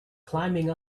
climbing